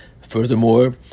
furthermore